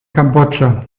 kambodscha